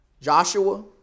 Joshua